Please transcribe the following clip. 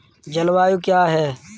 जलवायु क्या है?